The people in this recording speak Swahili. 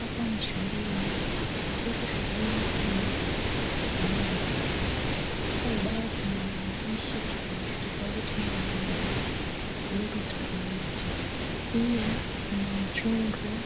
Hapa ni shuleni na huku shuleni kuna ubao. Katika ubao kuna maandishi tofauti tofauti na yenye lugha tofauti. Pia kuna michoro